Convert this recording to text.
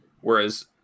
Whereas